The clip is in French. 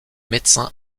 médecin